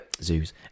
zoos